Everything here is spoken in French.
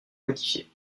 modifiée